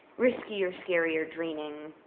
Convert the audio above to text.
risky or scary or draining,